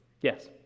Yes